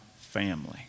family